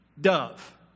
dove